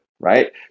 right